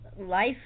life